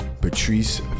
Patrice